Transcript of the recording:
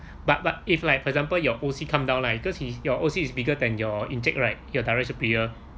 but but if like for example your O_C come down lah because he your O_C is bigger than your encik right your direct superior